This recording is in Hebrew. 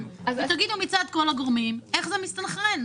לנו מצד כל הגורמים איך זה מסתנכרן.